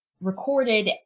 recorded